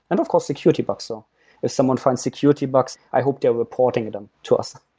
and of course, security bugs. so if someone finds security bugs, i hope they're reporting them to us.